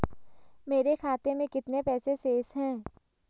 मेरे खाते में कितने पैसे शेष हैं?